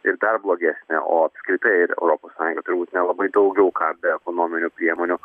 ir dar blogesnė o apskritai ir europos sąjunga trubūt nelabai daugiau ką be ekonominių priemonių